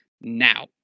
now